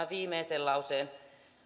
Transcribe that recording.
viimeisen lauseen